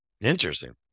Interesting